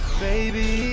baby